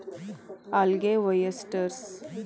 algae, oysters